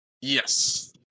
Yes